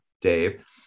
Dave